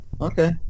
Okay